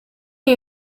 iyi